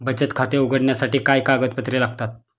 बचत खाते उघडण्यासाठी काय कागदपत्रे लागतात?